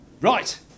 Right